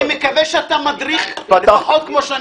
אני מקווה שאתה מדריך לפחות כמו שאנחנו מחוקקים.